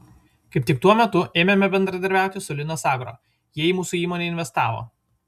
kaip tik tuo metu ėmėme bendradarbiauti su linas agro jie į mūsų įmonę investavo